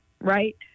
right